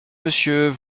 monsieur